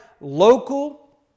local